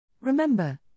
Remember